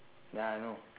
ya I know